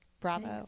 Bravo